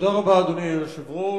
אדוני היושב ראש,